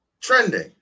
trending